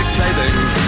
savings